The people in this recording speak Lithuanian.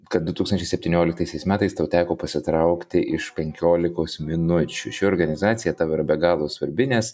kad du tūkstančiai septynioliktaisiais metais tau teko pasitraukti iš penkiolikos minučių ši organizacija tau yra be galo svarbi nes